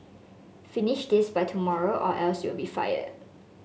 finish this by tomorrow or else you'll be fired